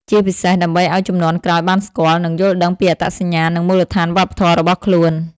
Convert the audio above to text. ជាពិសេសដើម្បីឲ្យជំនាន់ក្រោយបានស្គាល់ និងយល់ដឹងពីអត្តសញ្ញាណ និងមូលដ្ឋានវប្បធម៌របស់ខ្លួន។